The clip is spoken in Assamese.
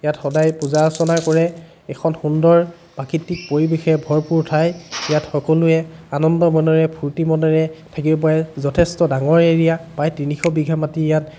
ইয়াত সদায় পূজা অৰ্চনা কৰে এখন সুন্দৰ প্ৰাকৃতিক পৰিৱেশে ভৰপূৰ ঠাই ইয়াত সকলোৱে আনন্দ মনেৰে ফুৰ্তি মনেৰে থাকিব পাৰে যথেষ্ট ডাঙৰ এৰিয়া প্ৰায় তিনিশ বিঘা মাটি ইয়াত